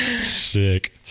Sick